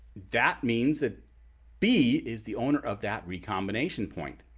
that means that b is the owner of that recombination point.